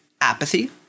apathy